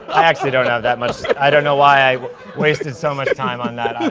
i actually don't know that much. i don't know why i wasted so much time on that.